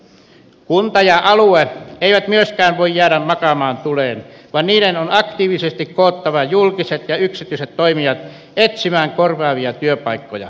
kunta ja alue eivät myöskään voi jäädä makaamaan tuleen vaan niiden on aktiivisesti koottava julkiset ja yksityiset toimijat etsimään korvaavia työpaikkoja